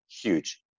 huge